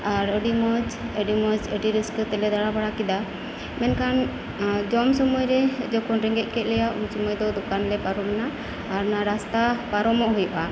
ᱟᱨ ᱟᱹᱰᱤ ᱢᱚᱡᱽ ᱟᱹᱰᱤ ᱢᱚᱡᱽ ᱟᱹᱰᱤ ᱨᱟᱹᱥᱠᱟᱹ ᱛᱮᱞᱮ ᱫᱟᱬᱟ ᱵᱟᱲᱟ ᱠᱮᱫᱟ ᱢᱮᱱᱠᱷᱟᱱ ᱡᱚᱢ ᱥᱩᱢᱟᱹᱭ ᱨᱮ ᱡᱚᱠᱷᱚᱱ ᱨᱮᱸᱜᱮᱡ ᱠᱮᱫ ᱞᱮᱭᱟ ᱩᱱ ᱥᱩᱢᱟᱹᱭ ᱫᱚ ᱫᱚᱠᱟᱱ ᱞᱮ ᱯᱟᱨᱚᱢᱮᱱᱟ ᱟᱨ ᱚᱱᱟ ᱨᱟᱥᱛᱟ ᱯᱟᱨᱚᱢᱚᱜ ᱦᱩᱭᱩᱜᱼᱟ